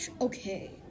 okay